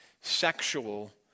sexual